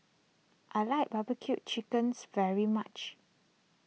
I like Barbecue Chicken's very much